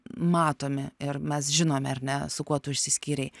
matomi ir mes žinome ar ne su kuo tu išsiskyrei